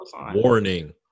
warning